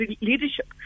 leadership